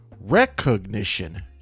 Recognition